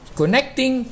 connecting